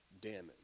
damage